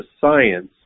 science